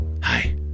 Hi